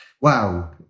wow